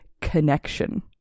Connection